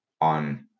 on